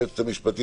היועצת המשפטית,